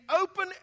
open